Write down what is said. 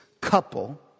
couple